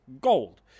gold